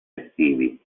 estivi